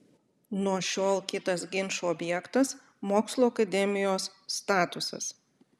nuo šiol kitas ginčų objektas mokslų akademijos statusas